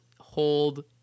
hold